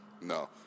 no